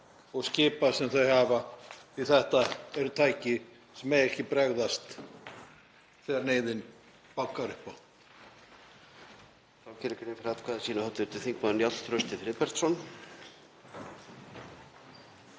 og skipa sem þau hafa því að þetta eru tæki sem mega ekki bregðast þegar neyðin bankar upp á.